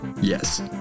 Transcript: Yes